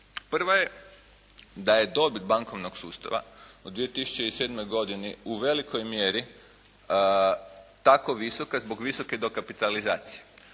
Prva je, da je dobit bankovnog sustava u 2007. godini u velikoj mjeri tako visoka zbog visoke dokapitalizacije,